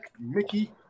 Mickey